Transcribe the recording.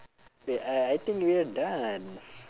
wait I I think we're done